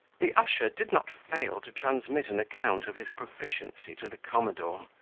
the usher did not fail to transmit an account of his proficiency to the commodore,